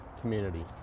community